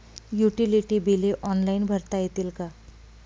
Utility बिले online भरता येतील का?